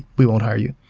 we won't hire you.